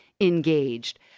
engaged